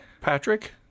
Patrick